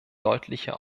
deutlicher